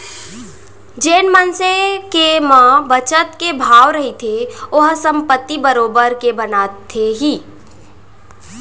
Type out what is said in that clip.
जेन मनसे के म बचत के भाव रहिथे ओहा संपत्ति बरोबर के बनाथे ही